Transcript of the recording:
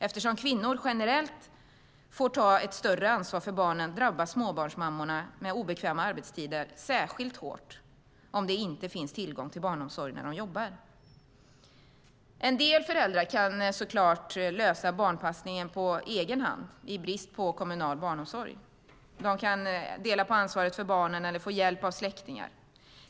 Eftersom kvinnor generellt får ta ett större ansvar för barnen drabbas småbarnsmammor med obekväma arbetstider särskilt hårt om det inte finns tillgång till barnomsorg när de jobbar. En del föräldrar kan givetvis lösa barnpassningen på egen hand i brist på kommunal barnomsorg. De kan dela på ansvaret för barnen eller få hjälp av släktingar.